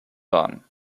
waren